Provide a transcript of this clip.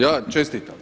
Ja čestitam!